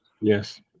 Yes